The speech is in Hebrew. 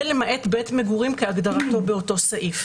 זה למעט בית מגורים כהגדרתו באותו סעיף.